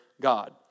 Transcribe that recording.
God